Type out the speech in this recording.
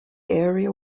area